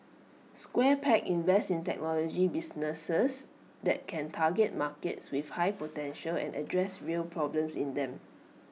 square peg invests in technology businesses that can target markets with high potential and address real problems in them